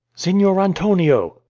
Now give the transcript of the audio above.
signior antonio!